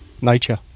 nature